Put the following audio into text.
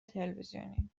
تلویزیونی